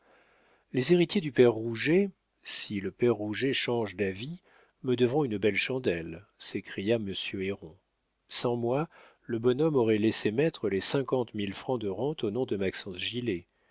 les héritiers du père rouget si le père rouget change d'avis me devront une belle chandelle s'écria monsieur héron sans moi le bonhomme aurait laissé mettre les cinquante mille francs de rentes au nom de maxence gilet